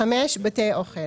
בתי אוכל,